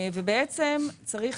צריך